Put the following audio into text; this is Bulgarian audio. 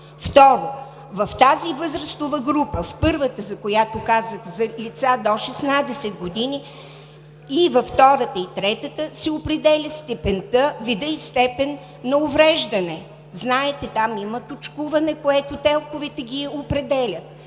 Второ, в тази възрастова група, в първата, за която казах – за лица до 16 години, и във втората, и третата, се определя видът и степента на увреждане. Знаете, там има точкуване, което ТЕЛК-овете ги определя,